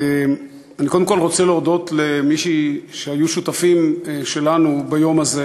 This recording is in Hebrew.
אני קודם כול רוצה להודות למי שהיו שותפים שלנו ביום הזה: